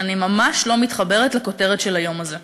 שאני ממש לא מתחברת לכותרת של היום הזה: